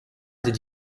did